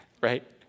right